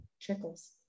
trickles